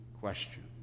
question